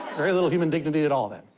very little human dignity at all then.